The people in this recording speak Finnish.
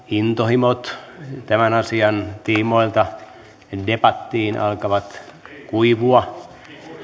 intohimot tämän asian tiimoilta debattiin alkavat kuivua